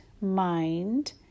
mind